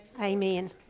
Amen